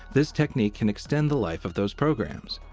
this technique can extend the life of those programs.